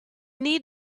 need